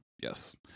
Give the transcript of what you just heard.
Yes